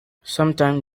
sometime